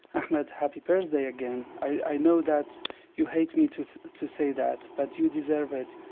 ahmed, happy birthday again. i know that you hate me to to say that, but you deserve it.